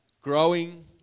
growing